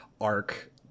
arc